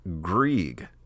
Grieg